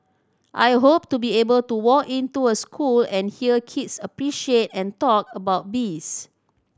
I hope to be able to walk into a school and hear kids appreciate and talk about bees